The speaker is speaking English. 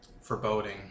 ...foreboding